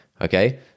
Okay